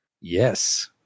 Yes